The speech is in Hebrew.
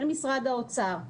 של משרד האוצר,